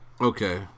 Okay